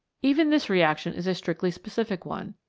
even this reaction is a strictly specific one.